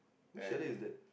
which area is that